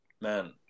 Man